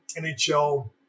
NHL